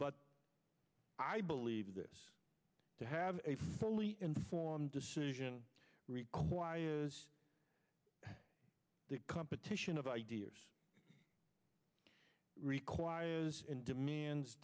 but i believe this to have a fully informed decision requires the competition of ideas requires and demands